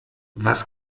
was